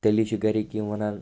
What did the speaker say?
تیٚلی چھِ گَرِکۍ یِم وَنان